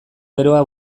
beroa